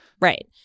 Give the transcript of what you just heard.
Right